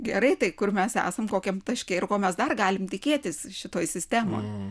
gerai tai kur mes esam kokiame taške ir ko mes dar galim tikėtis šitoj sistemoj